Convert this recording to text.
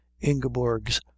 ingeborg's